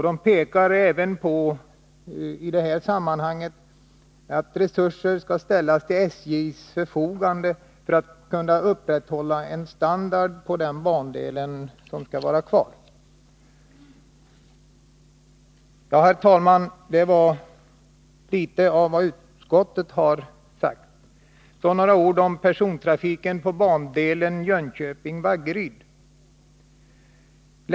I detta sammanhang pekar utskottet även på att resurser skall ställas till SJ:s förfogande för att SJ skall kunna upprätthålla standarden på den bandel som skall vara kvar. Herr talman! Detta var litet om vad utskottet har sagt. Så några ord om persontrafiken på bandelen Jönköping-Vaggeryd.